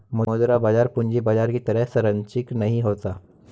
मुद्रा बाजार पूंजी बाजार की तरह सरंचिक नहीं होता